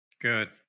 Good